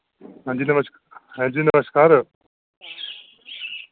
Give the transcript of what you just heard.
हां जी नमस् हां जी नमस्कार